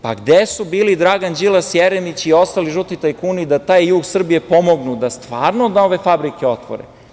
Pa, gde su bili Dragan Đilas, Jeremić i ostali žuti tajkuni da taj jug Srbije pomognu, da stvarno nove fabrike otvore?